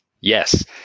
Yes